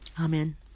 Amen